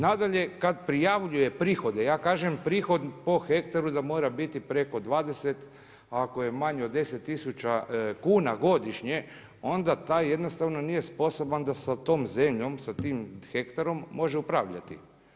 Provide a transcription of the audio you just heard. Nadalje, kad prijavljuje prihode, ja kažem, prihod po hektaru da mora biti preko 20 a ako je manje od 10000 kuna godišnje, onda taj jednostavno nije sposoban da sa tom zemljom, sa tim hektarom može upravljati.